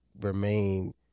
remain